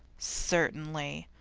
certainly!